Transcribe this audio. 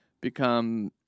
become